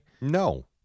No